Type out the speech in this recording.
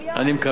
אני מקווה.